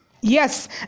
yes